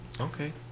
Okay